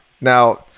Now